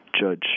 judge